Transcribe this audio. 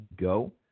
go